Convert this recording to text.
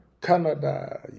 Canada